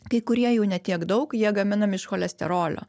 kai kurie jų ne tiek daug jie gaminami iš cholesterolio